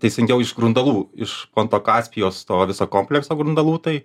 teisingiau iš grundalų iš ponto kaspijos to viso komplekso grundalų tai